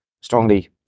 strongly